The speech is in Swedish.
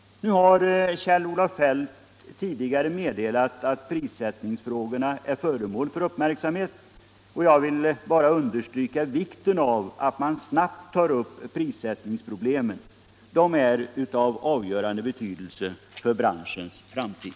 Nu har Kjell-Olof Feldt tidigare meddelat att prissättningsfrågorna är föremål för uppmärksamhet. Jag vill bara understryka vikten av att man snabbt tar upp prissättningsproblemen. De är av avgörande betydelse för branschens framtid.